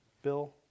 bill